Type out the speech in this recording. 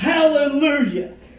Hallelujah